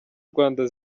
rwanda